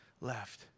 left